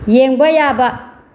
ꯌꯦꯡꯕ ꯌꯥꯕ